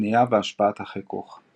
הפנייה והשפעת החיכוך.